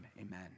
amen